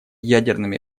ядерными